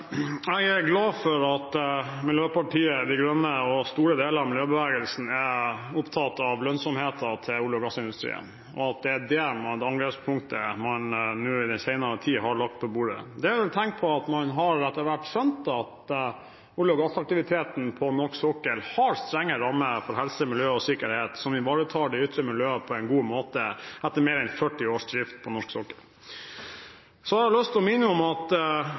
Jeg er glad for at Miljøpartiet De Grønne og store deler av miljøbevegelsen er opptatt av lønnsomheten til olje- og gassindustrien, og at det er det angrepspunktet man i den senere tid har lagt på bordet. Det er et tegn på at man etter hvert har skjønt at olje- og gassaktiviteten på norsk sokkel har strenge rammer for helse, miljø og sikkerhet, som ivaretar det ytre miljøet på en god måte, etter mer enn 40 års drift på norsk sokkel. Jeg har lyst å minne om at